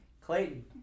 Clayton